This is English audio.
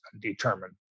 determined